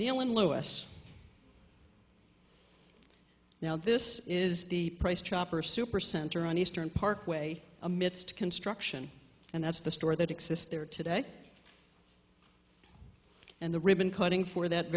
ellen lewis now this is the price chopper supercenter on eastern parkway amidst construction and that's the store that exists there today and the ribbon cutting for that